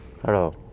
Hello